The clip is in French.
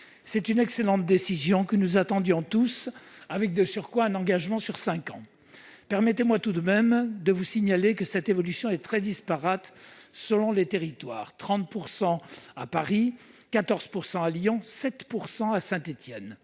C'est une excellente décision, que nous attendions tous, avec, de surcroît, un engagement sur cinq ans. Permettez-moi tout de même de signaler que cette progression est très disparate selon les territoires : 30 % à Paris, 14 % à Lyon, 7 % à Saint-Étienne.